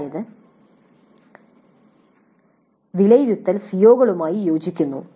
അതായത് വിലയിരുത്തൽ സിഒകളുമായി യോജിക്കുന്നു